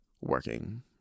working